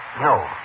No